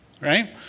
right